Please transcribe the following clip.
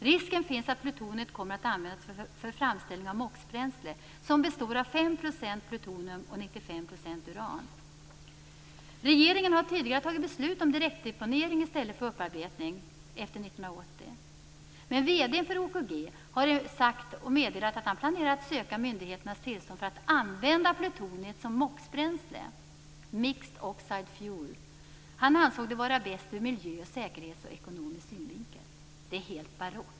Risken finns att plutoniet kommer att används för framställning av MOX-bränsle, som består av 5 % Regeringen har tidigare fattat beslut om direktdeponering i stället för upparbetning efter 1980. Vd:n för OKG har emellertid meddelat att han planerar att söka myndigheternas tillstånd för att använda plutoniet som MOX-bränsle. MOX står för mixed oxide fuel. Han ansåg det vara bäst ur miljö och säkerhetssynvinkel samt ur ekonomisk synvinkel. Detta är helt barockt.